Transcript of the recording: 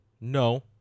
No